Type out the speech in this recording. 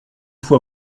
fois